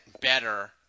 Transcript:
better